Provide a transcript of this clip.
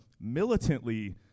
militantly